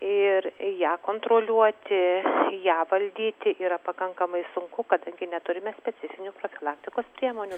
ir ją kontroliuoti ją valdyti yra pakankamai sunku kadangi neturime specifinių profilaktikos priemonių